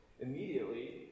Immediately